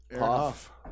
Off